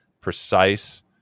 precise